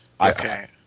Okay